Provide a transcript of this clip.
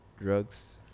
drugs